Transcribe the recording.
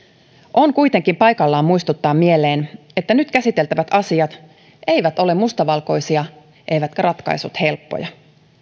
on kuitenkin paikallaan muistuttaa mieleen että nyt käsiteltävät asiat eivät ole mustavalkoisia eivätkä ratkaisut helppoja